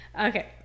okay